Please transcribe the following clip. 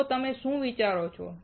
તો તમે શું વિચારો છો